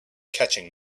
catching